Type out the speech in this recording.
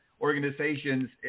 organizations